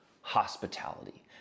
hospitality